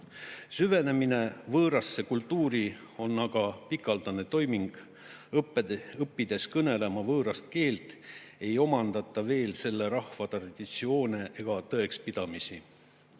Süvenemine võõrasse kultuuri on aga pikaldane toiming. Õppides kõnelema võõrast keelt, ei omandata veel selle rahva traditsioone ega tõekspidamisi.